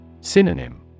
Synonym